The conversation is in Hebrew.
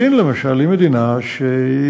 סין, למשל, היא מדינה באסיה,